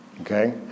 okay